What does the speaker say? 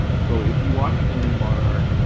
so if you watch merrie monarch,